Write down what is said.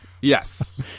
yes